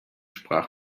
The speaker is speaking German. sprach